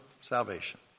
salvation